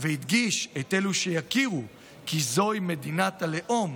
והדגיש את אלו שיכירו בכך שזוהי מדינת הלאום